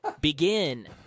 Begin